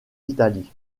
italie